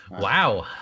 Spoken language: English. Wow